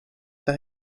that